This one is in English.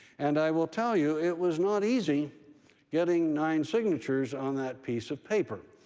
and i will tell you, it was not easy getting nine signatures on that piece of paper,